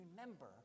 remember